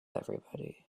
everybody